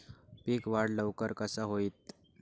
पीक वाढ लवकर कसा होईत?